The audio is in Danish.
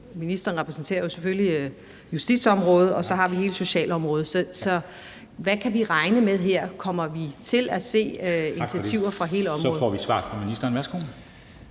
ministeren repræsenterer selvfølgelig justitsområdet, og så har vi hele socialområdet. Så hvad kan vi regne med her? Kommer vi til at se initiativer for hele området? Kl. 10:13 Formanden (Henrik Dam